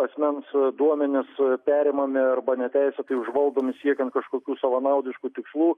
asmens duomenys perimami arba neteisėtai užvaldomi siekiant kažkokių savanaudiškų tikslų